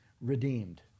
redeemed